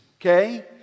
okay